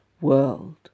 world